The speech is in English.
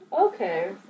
Okay